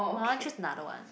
I want to choose another one